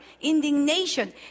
indignation